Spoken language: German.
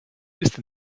ist